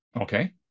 Okay